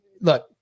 Look